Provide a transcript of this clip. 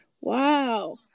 Wow